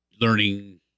learning